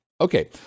Okay